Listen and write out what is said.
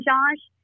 Josh